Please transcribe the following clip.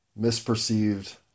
misperceived